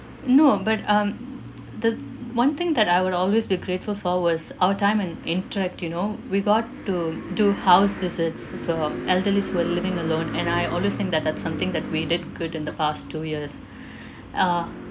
no but um the one thing that I would always be grateful for was our time in interact you know we got to do house visits for elderlies who were living alone and I always think that that something that we did good in the past two years uh